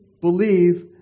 believe